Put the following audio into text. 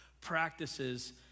practices